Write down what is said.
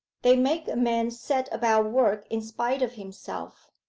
they make a man set about work in spite of himself.